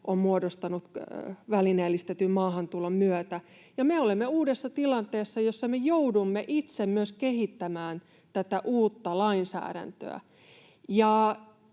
on muodostanut välineellistetyn maahantulon myötä. Me olemme uudessa tilanteessa, jossa me joudumme myös itse kehittämään tätä uutta lainsäädäntöä.